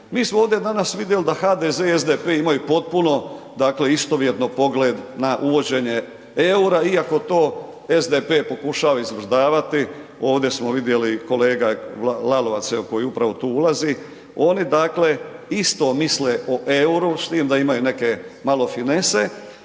Mi smo ovdje danas vidjeli da HDZ i SDP imaju potpuno dakle istovjetno pogled na uvođenje eura iako to SDP pokušava izvrdavati, ovdje smo vidjeli, kolega Lalovac koji upravo tu ulazi, oni dakle isto misle o euru s tim da imaju neke malo finese